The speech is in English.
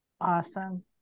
Awesome